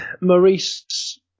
Maurice